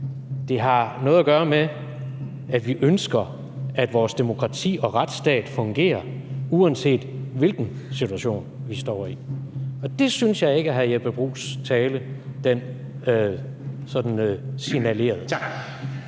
Det har noget at gøre med, at vi ønsker, at vores demokrati og retsstat fungerer, uanset hvilken situation vi står i, og det synes jeg ikke hr. Jeppe Bruus' tale sådan signalerede.